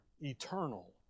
eternal